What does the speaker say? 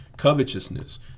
Covetousness